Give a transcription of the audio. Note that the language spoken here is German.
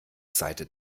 seite